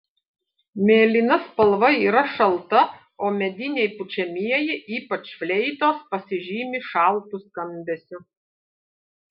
mėlyna spalva yra šalta o mediniai pučiamieji ypač fleitos pasižymi šaltu skambesiu